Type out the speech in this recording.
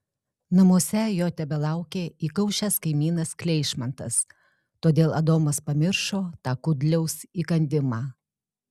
namuose jo tebelaukė įkaušęs kaimynas kleišmantas todėl adomas pamiršo tą kudliaus įkandimą